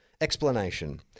Explanation